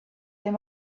him